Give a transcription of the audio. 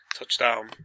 Touchdown